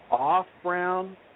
off-brown